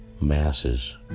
masses